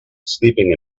sleeping